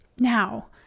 Now